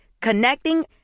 Connecting